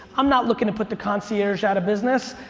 i'm not looking to put the concierge out of business,